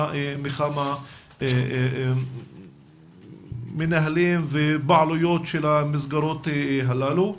מכמה מנהלים ובעלויות של מסגרות הללו,